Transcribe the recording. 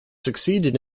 succeeded